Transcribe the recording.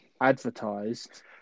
advertised